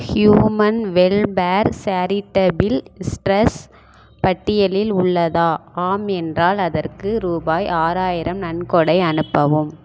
human welfare charitable trust பட்டியலில் உள்ளதா ஆம் என்றால் அதற்கு ரூபாய் ஆறாயிரம் நன்கொடை அனுப்பவும்